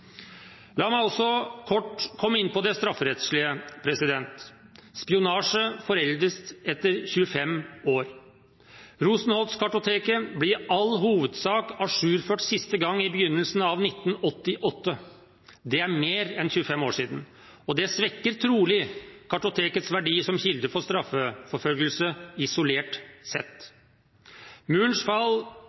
La meg også kort komme inn på det strafferettslige. Spionasje foreldes etter 25 år. Rosenholz-kartoteket ble i all hovedsak ajourført siste gang i begynnelsen av 1988. Det er mer enn 25 år siden, og det svekker trolig kartotekets verdi som kilde for straffeforfølgelse isolert sett.